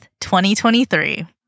2023